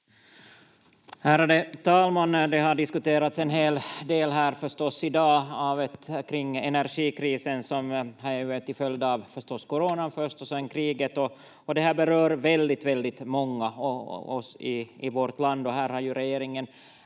Ärade talman! Det har förstås diskuterats en hel del i dag kring energikrisen, som ju är en följd av först coronan och sedan kriget, och det här berör väldigt, väldigt många av oss i vårt land. Här har ju regeringen